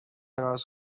راست